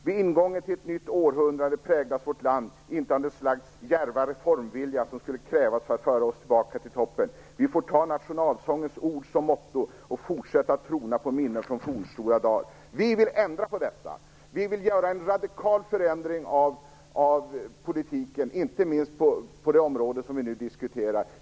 Vid ingången till ett nytt århundrade präglas vårt land inte av det slags djärva reformvilja som skulle krävas för att föra oss tillbaka till toppen. Vi får ta nationalsångens ord som motto och fortsätta att trona på minnen från fornstora dar." Vi vill ändra på detta! Vi vill göra en radikal förändring av politiken, inte minst på det område som vi nu diskuterar.